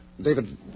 David